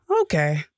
Okay